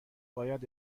باید